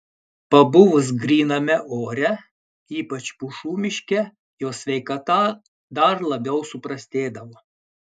pabuvus gryname ore ypač pušų miške jo sveikata dar labiau suprastėdavo